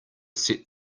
set